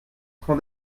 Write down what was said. train